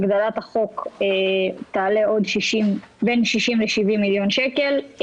הגדלת החוק תעלה בין 60 ל-70 מיליון שקל.